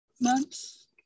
months